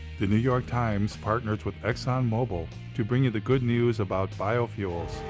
the new york times partners with exxonmobil to bring you the good news about biofuels.